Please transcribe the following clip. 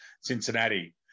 Cincinnati